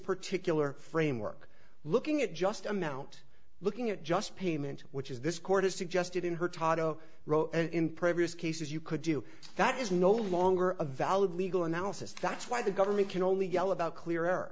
particular framework looking at just amount looking at just payment which is this court has suggested in her tato wrote in previous cases you could do that is no longer a valid legal analysis that's why the government can only yell about clear air